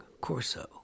Corso